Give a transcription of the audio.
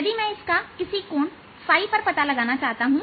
यदि मैं इसका किसी कोण पर पता लगाना चाहता हूं